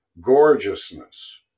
gorgeousness